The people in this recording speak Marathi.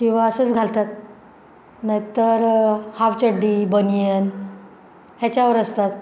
किंवा असंच घालतात नाही तर हाफ चड्डी बनियन ह्याच्यावर असतात